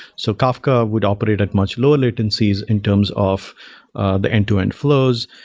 so kafka would operate at much lower latencies in terms of the end-to-end flows.